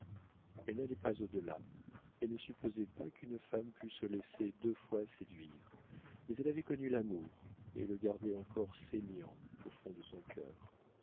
elle n'allait pas au delà et ne supposait pas qu'une femme pût se laisser deux fois séduire mais elle avait connu l'amour et le gardait encore saignant au fond de son cœur